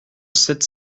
sept